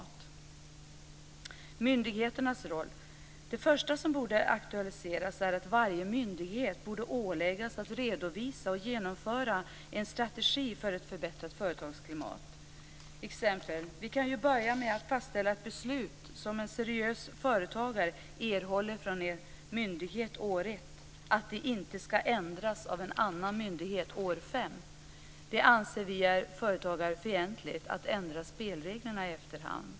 När det gäller myndigheternas roll är det första som borde aktualiseras att varje myndighet borde åläggas att redovisa och genomföra en strategi för ett förbättrat företagsklimat. Vi kan t.ex. börja med att fastställa att ett beslut som en seriös företagare erhåller från en myndighet år 1 inte ska ändras av en annan myndighet år 5. Vi anser att det är företagarfientligt att ändra spelreglerna i efterhand.